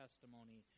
testimony